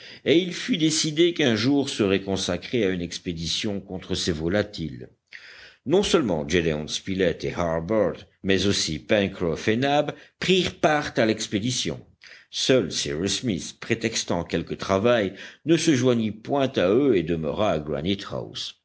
et il fut décidé qu'un jour serait consacré à une expédition contre ces volatiles non seulement gédéon spilett et harbert mais aussi pencroff et nab prirent part à l'expédition seul cyrus smith prétextant quelque travail ne se joignit point à eux et demeura